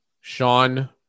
Sean